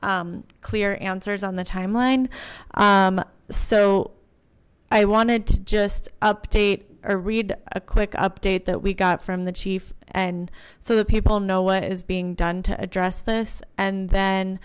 clear answers on the timeline so i wanted to just update or read a quick update that we got from the chief and so that people know what is being done to address this and then